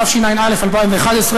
התשע”א 2011,